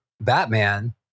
Batman